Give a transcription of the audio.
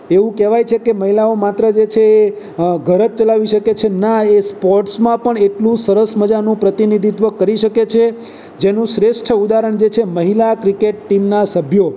એવું કહેવાય છે કે મહિલાઓ માત્ર જે છે એ ઘર જ ચલાવી શકે છે ના એ સ્પોર્ટ્સમાં પણ એટલું સરસ મજાનું પ્રતિનિધિત્વ કરી શકે છે જેનું શ્રેષ્ઠ ઉદાહરણ જે છે મહિલા ક્રિકેટ ટીમના સભ્યો